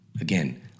Again